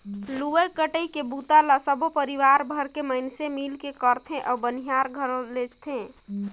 लुवई कटई के बूता ल सबो परिवार भर के मइनसे मिलके करथे अउ बनियार घलो लेजथें